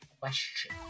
question